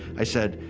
i said,